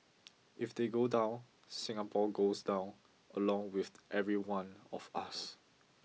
if they go down Singapore goes down along with every one of us